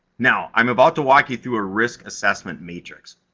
now, i'm about to walk you through a risk assessment matrix.